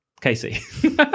Casey